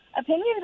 opinions